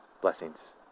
Blessings